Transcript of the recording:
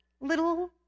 little